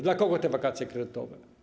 Dla kogo te wakacje kredytowe?